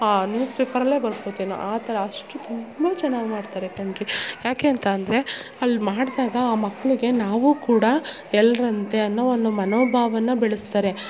ಆ ನ್ಯೂಸ್ ಪೇಪರಲ್ಲೆ ಆ ಥರ ಅಷ್ಟು ತುಂಬ ಚೆನ್ನಾಗಿ ಮಾಡ್ತಾರೆ ಕಣ್ರಿ ಯಾಕೆ ಅಂತ ಅಂದರೆ ಅಲ್ಲಿ ಮಾಡಿದಾಗ ಆ ಮಕ್ಳಿಗೆ ನಾವು ಕೂಡ ಎಲ್ಲರಂತೆ ಅನ್ನೋ ಒಂದು ಮನೋಭಾವನ ಬೆಳ್ಸ್ತಾರೆ